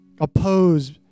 oppose